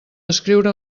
escriure